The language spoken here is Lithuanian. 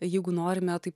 jeigu norime tai